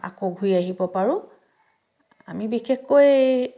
আকৌ ঘূৰি আহিব পাৰোঁ আমি বিশেষকৈ